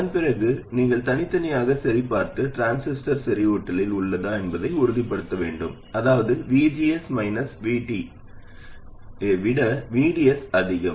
அதன் பிறகு நீங்கள் தனித்தனியாக சரிபார்த்து டிரான்சிஸ்டர் செறிவூட்டலில் உள்ளதா என்பதை உறுதிப்படுத்த வேண்டும் அதாவது VGS VT ஐ விட VDS அதிகம்